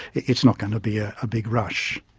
it's not going to be a ah big rush.